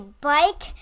bike